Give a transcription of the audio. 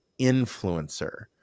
influencer